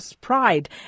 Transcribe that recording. pride